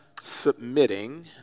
submitting